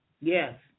Yes